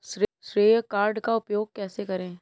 श्रेय कार्ड का उपयोग कैसे करें?